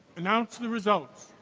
announce the results.